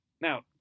Now